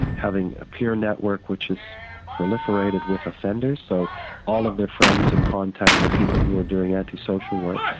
having a peer network which is proliferated with offenders so all of their friends and contacts of people who are doing anti-social work.